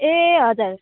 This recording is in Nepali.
ए हजुर